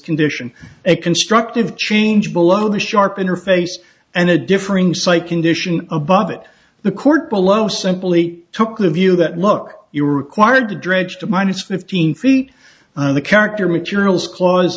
condition a constructive change below the sharp interface and a differing site condition above it the court below simply took the view that look you were required to dredge to minus fifteen feet the character materials cla